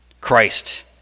Christ